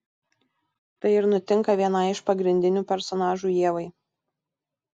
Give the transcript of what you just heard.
tai ir nutinka vienai iš pagrindinių personažų ievai